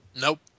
Nope